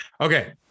Okay